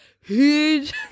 huge